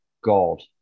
God